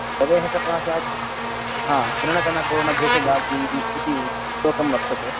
रवेः सकाशात् हा तृणकनपूर्णभेषजादिः इति इति श्लोकं वर्तते